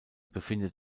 befindet